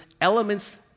elements